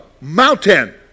mountain